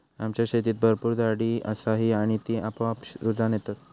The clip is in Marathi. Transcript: आमच्या शेतीत भरपूर झाडी असा ही आणि ती आपोआप रुजान येता